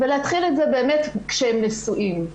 ולהתחיל את זה באמת כשהם נשואים.